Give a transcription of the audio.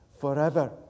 forever